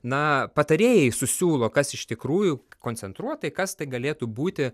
na patarėjai su siūlo kas iš tikrųjų koncentruotai kas tai galėtų būti